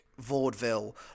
vaudeville